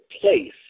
place